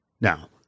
Now